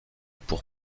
pour